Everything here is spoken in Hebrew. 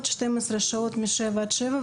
מוקדים